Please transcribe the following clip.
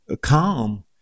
calm